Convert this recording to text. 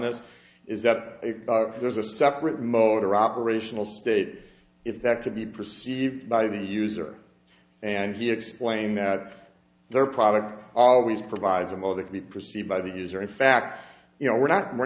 this is that there's a separate motor operational state if that could be perceived by the user and he explained that their product always provides a motive to be perceived by the user in fact you know we're not we're